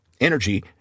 Energy